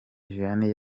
vianney